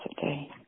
today